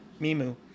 Mimu